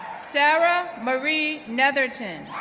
sarah marie netherton,